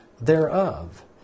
thereof